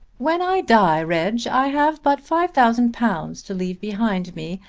when i die, reg, i have but five thousand pounds to leave behind me,